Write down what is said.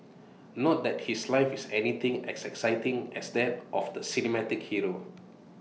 not that his life is anything as exciting as that of the cinematic hero